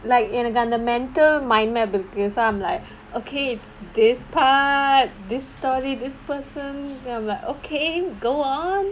like எனக்கு அந்த:enakku antha mental mind இருக்கு:irukku so I'm like okay this part this story this person I'm like okay go on